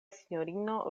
sinjorino